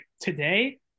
today